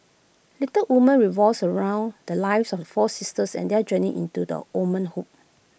Little Women revolves around the lives of four sisters and their journey into womanhood